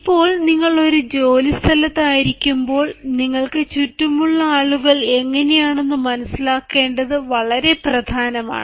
ഇപ്പോൾ നിങ്ങൾ ഒരു ജോലിസ്ഥലത്ത് ആയിരിക്കുമ്പോൾ നിങ്ങൾക്ക് ചുറ്റുമുള്ള ആളുകൾ എങ്ങനെയാണെന്ന് മനസിലാക്കേണ്ടത് വളരെ പ്രധാനമാണ്